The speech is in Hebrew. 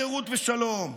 חירות ושלום.